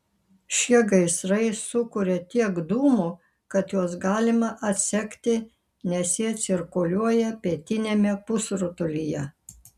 šie gaisrai sukuria tiek dūmų kad juos galima atsekti nes jie cirkuliuoja pietiniame pusrutulyje